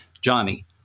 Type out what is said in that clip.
Johnny